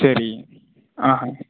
சரிங்க ஆஹான்